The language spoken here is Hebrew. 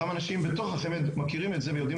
גם אנשים בתוך החמ"ד מכירים את זה ויודעים